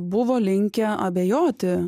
buvo linkę abejoti